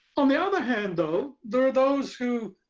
on the other hand, though, there are those who,